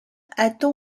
attend